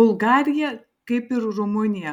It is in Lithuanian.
bulgarija kaip ir rumunija